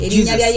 Jesus